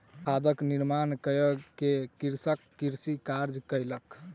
खादक निर्माण कय के कृषक कृषि कार्य कयलक